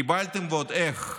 קיבלתם ועוד איך,